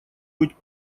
быть